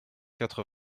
quatre